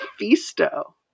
Mephisto